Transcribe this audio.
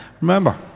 Remember